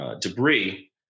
debris